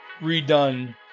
redone